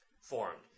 formed